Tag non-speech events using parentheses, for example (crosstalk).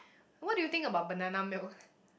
what do you think about banana milk (laughs)